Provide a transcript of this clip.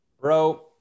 bro